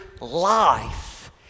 life